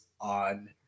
on